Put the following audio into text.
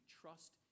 trust